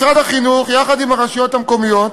משרד החינוך, יחד עם הרשויות המקומיות,